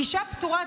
אישה פטורה,